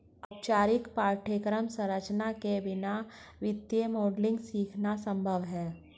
औपचारिक पाठ्यक्रम संरचना के बिना वित्तीय मॉडलिंग सीखना संभव हैं